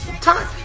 time